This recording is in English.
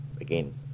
again